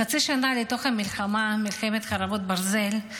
חצי שנה לתוך המלחמה, מלחמת חרבות ברזל,